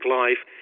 life